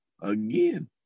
again